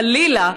חלילה,